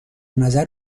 نظر